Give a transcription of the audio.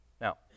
Now